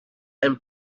and